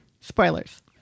Spoilers